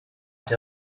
der